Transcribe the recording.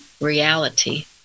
reality